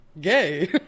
gay